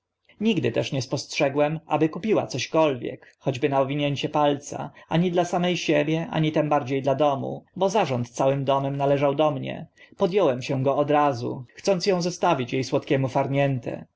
nigdy też nie spostrzegłem aby kupiła cośkolwiek choćby na owinięcie palca ani dla same siebie ani tym mnie dla domu bo zarząd całym domem należał do mnie pod ąłem się go od razu chcąc ą zostawić e słodkiemu